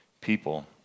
people